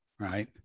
right